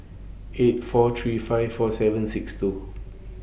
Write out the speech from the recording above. eight four three five four seven six two